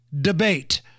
debate